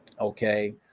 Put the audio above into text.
okay